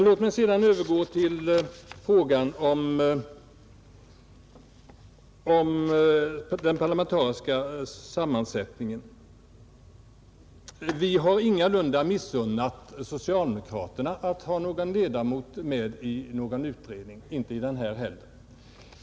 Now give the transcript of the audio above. Låt mig sedan övergå till frågan om den parlamentariska sammansättningen, Vi har ingalunda missunnat socialdemokraterna att ha någon ledamot med i någon utredning, inte i den här heller.